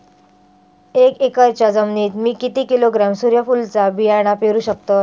एक एकरच्या जमिनीत मी किती किलोग्रॅम सूर्यफुलचा बियाणा पेरु शकतय?